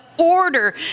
order